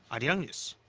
arirang news.